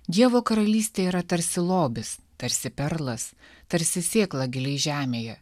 dievo karalystė yra tarsi lobis tarsi perlas tarsi sėkla giliai žemėje